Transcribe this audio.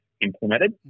implemented